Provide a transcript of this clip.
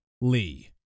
Lee